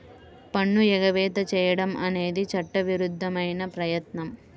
పన్ను ఎగవేత చేయడం అనేది చట్టవిరుద్ధమైన ప్రయత్నం